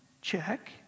Check